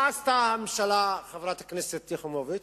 מה עשתה הממשלה, חברת הכנסת יחימוביץ?